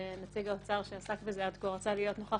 נציג האוצר שעסק בזה עד כה רצה להיות נוכח